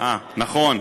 כן,